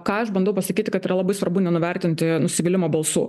ką aš bandau pasakyti kad yra labai svarbu nenuvertinti nusivylimo balsų